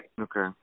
Okay